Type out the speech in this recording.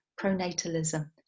pronatalism